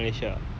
malaysia right